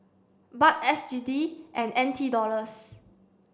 Baht S G D and N T Dollars